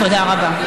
תודה רבה.